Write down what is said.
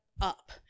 up